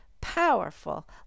powerful